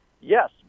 Yes